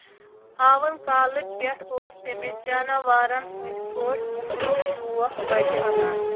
آون کالہٕ پٮ۪ٹھ اوس تٔمِس جاناوارن ہٕندۍ پٲٹھۍ وُہنُک شوق وَٹہِ اَنان